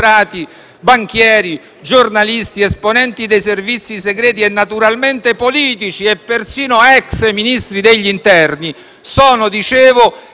banchieri, giornalisti, esponenti dei servizi segreti, naturalmente politici e persino ex Ministri dell'interno. Sono